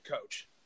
coach